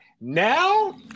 Now